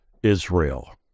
Israel